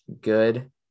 good